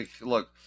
look